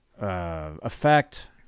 effect